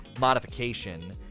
modification